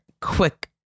quick